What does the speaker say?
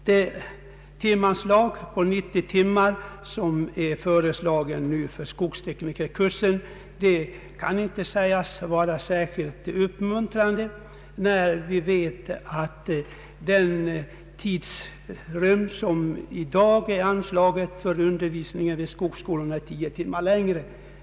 Det timanslag på 90 timmar som föreslagits för skogsteknikerkursen kan inte sägas vara särskilt uppmuntrande, när vi vet att den tidrymd som i dag är anslagen för undervisningen vid skogsskolorna är 10 timmar längre.